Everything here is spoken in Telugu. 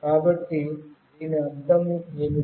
కాబట్టి దీని అర్థం ఏమిటి